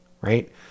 right